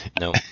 No